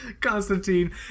Constantine